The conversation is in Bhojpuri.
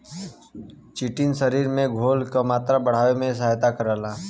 चिटिन शरीर में घोल क मात्रा बढ़ावे में सहायता करला